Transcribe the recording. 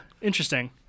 Interesting